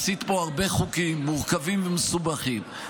עשית פה הרבה חוקים מורכבים ומסובכים,